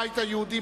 הבית היהודי,